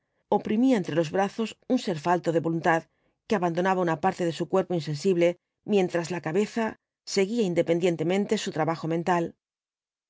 oprimía entre los brazos un ser falto de voluntad que abandonaba una parte de su cuerpo insensible mientras la cabeza seguía independientemente su trabajo mental